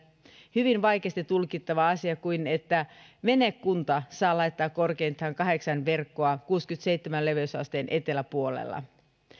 hyvin vaikeasti tulkittava asia että venekunta saa laittaa korkeintaan kahdeksan verkkoa kuudenteenkymmenenteenseitsemänteen leveysasteen eteläpuolella